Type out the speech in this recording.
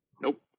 Nope